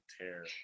tear